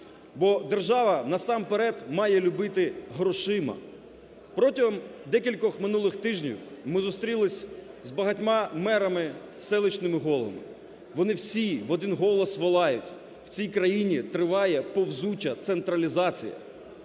бо держава, насамперед, має любити грошима. Протягом декількох минулих тижнів ми зустрілись з багатьма мерами, селищними головами вони всі в один голос волають, у цій країні триває повзуча централізація.